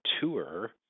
tour